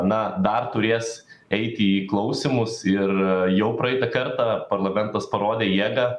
na dar turės eiti į klausymus ir jau praeitą kartą parlamentas parodė jėgą